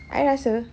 I rasa